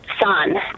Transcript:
son